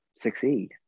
succeed